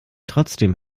trotzdem